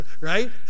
Right